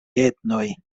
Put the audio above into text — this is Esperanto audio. etnoj